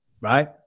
Right